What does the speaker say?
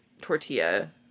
tortilla